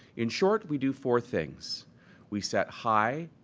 in short, we do four things we set high,